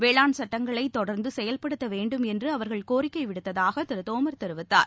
வேளாண் சட்டங்களை தொடர்ந்து செயல்படுத்த வேண்டும் என்று அவர்கள் கோரிக்கை விடுத்ததாக திரு தோமர் தெரிவித்தார்